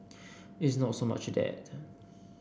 it's not so much that